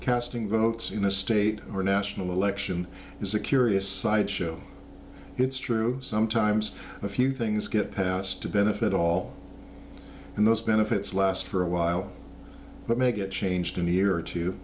casting votes in a state or national election is a curious sideshow it's true sometimes a few things get passed to benefit all and those benefits last for a while but make it changed in a year or two